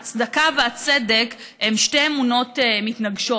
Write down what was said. הצדקה והצדק הם שתי אמונות מתנגשות,